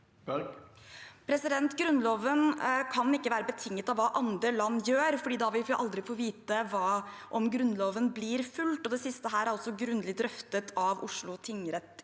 Grunn- loven kan ikke være betinget av hva andre land gjør, for da vil vi aldri få vite om Grunnloven blir fulgt. Det siste er også grundig drøftet av Oslo tingrett